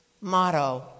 motto